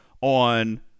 on